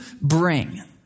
bring